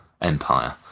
empire